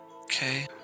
Okay